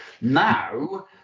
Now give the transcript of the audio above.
Now